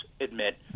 admit